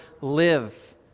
live